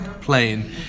playing